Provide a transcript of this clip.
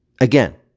Again